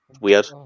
Weird